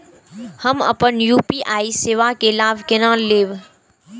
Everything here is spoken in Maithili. हम अपन यू.पी.आई सेवा के लाभ केना लैब?